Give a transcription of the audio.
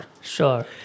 Sure